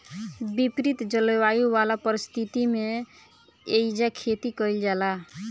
विपरित जलवायु वाला परिस्थिति में एइजा खेती कईल जाला